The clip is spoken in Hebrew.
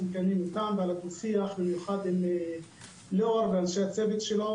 מקיימים איתם ועל הדו שיח עם ליאור ואנשי הצוות שלו.